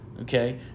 Okay